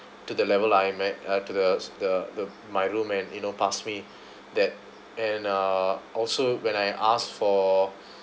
to the level I'm at uh to the the the my room and you know pass me that and uh also when I asked for